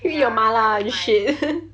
eat your mala just shit